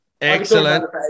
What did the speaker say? Excellent